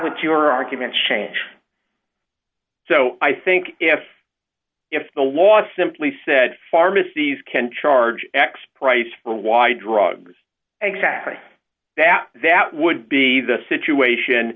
would your argument change so i think if if the law simply said pharmacies can charge x price for y drugs exactly that that would be the situation